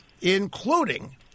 including